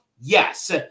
Yes